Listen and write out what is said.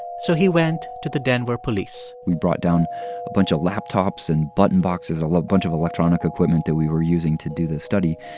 so he went to the denver police we brought down a bunch of laptops and button boxes, a bunch of electronic equipment that we were using to do this study.